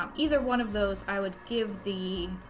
um either one of those i would give the